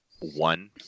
one